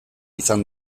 izan